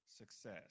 success